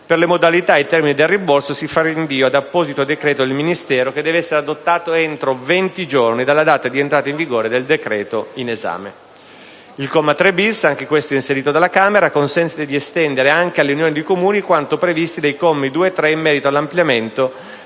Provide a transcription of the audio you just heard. Per le modalità ed i termini del rimborso si fa rinvio ad apposito decreto del Ministero dell'interno, da adottare entro venti giorni dalla data di entrata in vigore del decreto in esame. Il comma 3-*bis*, anch'esso inserito dalla Camera, consente di estendere anche alle unioni di Comuni quanto previsto dai commi 2 e 3 in merito all'ampliamento